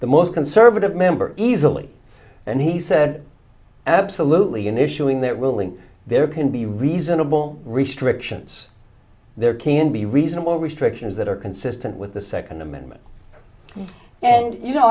the most conservative member easily and he said absolutely in issuing that ruling there can be reasonable restrictions there can be reasonable restrictions that are consistent with the second amendment and you know